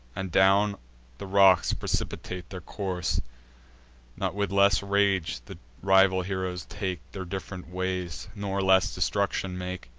and down the rocks precipitate their course not with less rage the rival heroes take their diff'rent ways, nor less destruction make.